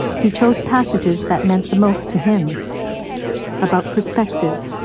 he chose passages that meant the most to him about perspective,